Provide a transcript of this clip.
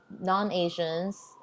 non-asians